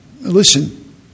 Listen